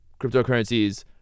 Cryptocurrencies